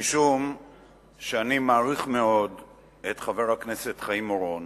משום שאני מעריך מאוד את חבר הכנסת חיים אורון